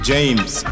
James